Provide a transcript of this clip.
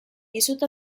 dizut